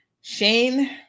Shane